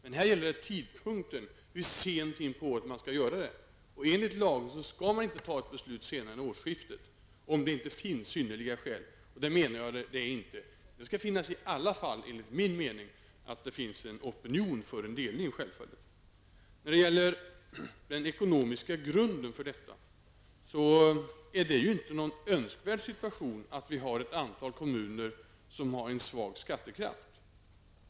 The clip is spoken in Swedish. Men här gäller det tidpunkten, dvs. hur sent in på året som beslutet skall fattas. Enligt lagen skall inte ett beslut fattas senare än årsskiftet, om det inte finns synnerliga skäl. Jag menar att det inte föreligger. Det skall enligt min mening finnas en opinion för en delning. Vidare har vi den ekonomiska grunden. Det är inte en önskvärd situation att ha ett antal kommuner med en svag skattekraft.